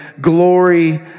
glory